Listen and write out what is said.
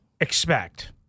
expect